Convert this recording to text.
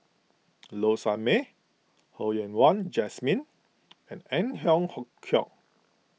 Low Sanmay Ho Yen Wah Jesmine and Ang Hiong hook Chiok